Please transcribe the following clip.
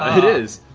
it is.